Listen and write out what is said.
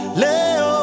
leo